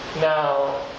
Now